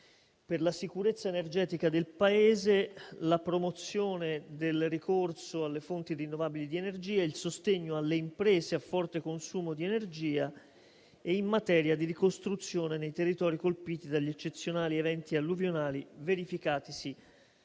per la sicurezza energetica del Paese, la promozione del ricorso alle fonti rinnovabili di energia, il sostegno alle imprese a forte consumo di energia e in materia di ricostruzione nei territori colpiti dagli eccezionali eventi alluvionali verificatisi